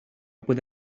puede